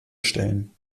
stellen